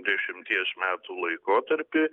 dešimties metų laikotarpy